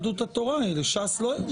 אבל אני מדברת על הטענה של מה שעולה כאן